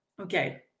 okay